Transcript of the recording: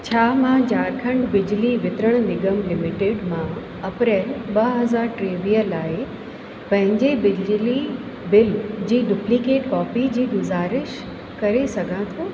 छा मां झारखंड बिजली वितरण निगम लिमिटेड मां अप्रैल ॿ हज़ार टेवीह लाइ पंहिंजे बिजली बिल जी डुप्लीकेट कॉपी जी गुज़ारिश करे सघां थो